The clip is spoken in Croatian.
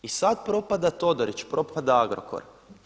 I sad propada Todorić, propada Agrokor.